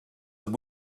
that